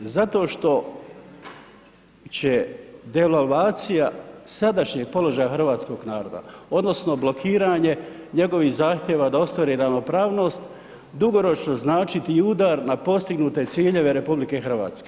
Zato što će devalvacija sadašnjeg položaja hrvatskog naroda odnosno blokiranje njegovih zahtjeva da ostvari ravnopravnost dugoročno značiti i udar na postignute ciljeve RH.